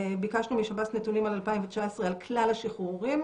ביקשנו משב"ס נתונים על 2019 על כלל השחרורים,